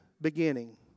beginning